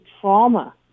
trauma